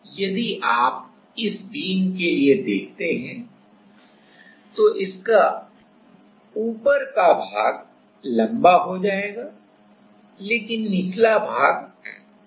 अब यदि आप इस बीम के लिए देखते हैं तो इसका शीर्ष भाग लम्बा हो जाएगा लेकिन निचला भाग संकुचित हो जाएगा